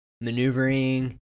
maneuvering